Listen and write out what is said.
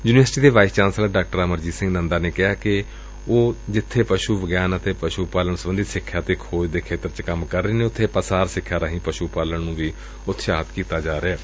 university ਦੇ vice chancellor ਡਾ ਅਮਰਜੀਤ ਸਿੰਘ ਨੰਦਾ ਨੇ ਕਿਹਾ ਕਿ ਊਹ ਜਿੱਥੇ ਪਸ੍ਰ ਵਿਗਿਆਨ ਅਤੇ ਪਸ੍ਮੂ ਪਾਲਣ ਸਬੰਧੀ ਸਿਖਿਆ ਤੇ ਖੋਜ ਦੇ ਖੇਤਰ ਚ ਕੰਮ ਕਰ ਰਹੇ ਨੇ ਉੱਬੇ ਪਾਸਾਰ ਸਿਖਿਆ ਰਾਹੀ ਪਸ੍ਮੂ ਪਾਲਣ ਨੂੰ ਵੀ ਉਤਸ਼ਾਹਿਤ ਕੀਤਾ ਜਾ ਰਿਹੈ